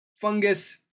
fungus